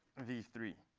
v three.